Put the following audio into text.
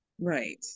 Right